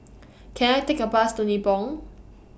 Can I Take A Bus to Nibong